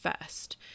first